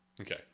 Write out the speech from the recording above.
Okay